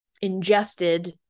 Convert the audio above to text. ingested